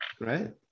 right